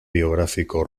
biográfico